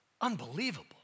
Unbelievable